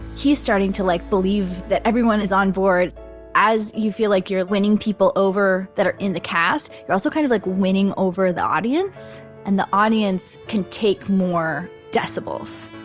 he's starting to like believe that everyone is onboard as you feel like you're like winning people over that are in the cast, you're also kind of like winning over the audience and the audience can take more decibels.